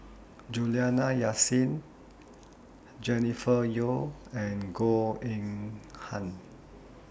Juliana Yasin Jennifer Yeo and Goh Eng Han